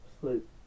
Sleep